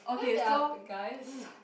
then there are the guys